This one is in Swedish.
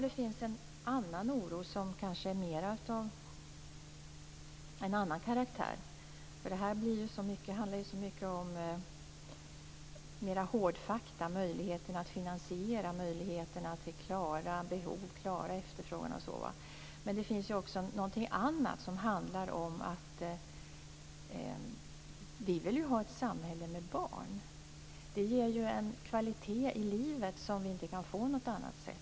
Det finns en annan oro som har en annan karaktär. Det här handlar ju så mycket om hårdfakta: möjligheten att finansiera, möjligheten att klara av behov, efterfrågan osv. Det finns också någonting annat som handlar om att vi vill ha ett samhälle med barn. Det ger ju en kvalitet i livet som vi inte kan få på något annat sätt.